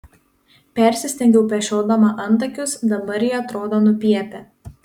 persistengiau pešiodama antakius dabar jie atrodo nupiepę